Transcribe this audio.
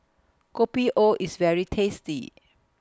Kopi O IS very tasty